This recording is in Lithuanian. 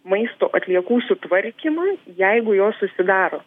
maisto atliekų sutvarkymą jeigu jos susidaro